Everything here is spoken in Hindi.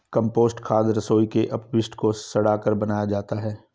कम्पोस्ट खाद रसोई के अपशिष्ट को सड़ाकर बनाया जाता है